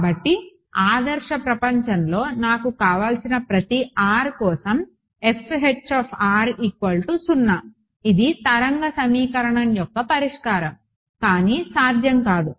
కాబట్టి ఆదర్శ ప్రపంచంలో నాకు కావలసిన ప్రతి r కోసం FH 0 ఇది తరంగ సమీకరణం యొక్క పరిష్కారం కానీ సాధ్యం కాదు